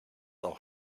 auch